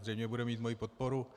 Zřejmě bude mít moji podporu.